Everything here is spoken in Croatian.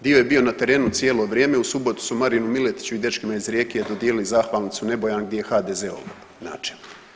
Dio je bio na terenu cijelo vrijeme u subotu su Marinu Miletiću i dečkima iz Rijeke dodijelili zahvalnicu Nebojan gdje je HDZ-ov načelnik.